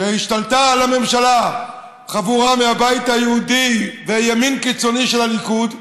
שהשתלטה על הממשלה חבורה מהבית היהודי והימין הקיצוני של הליכוד,